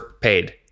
paid